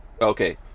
Okay